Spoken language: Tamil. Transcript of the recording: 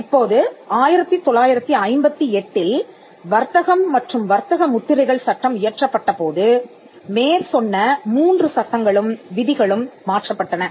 இப்போது 1958ல் வர்த்தகம் மற்றும் வர்த்தக முத்திரைகள் சட்டம் இயற்றப்பட்ட போது மேற்சொன்ன மூன்று சட்டங்களும் விதிகளும் மாற்றப்பட்டன